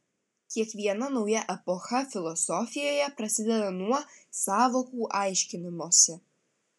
kiekviena nauja epocha filosofijoje prasideda nuo sąvokų aiškinimosi